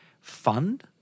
fund